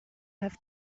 have